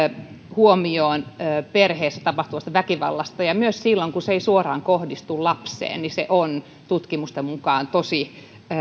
huomioon perheessä tapahtuvan väkivallan ja myös silloin kun se ei suoraan kohdistu lapseen se on tutkimusten mukaan tosi